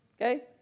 okay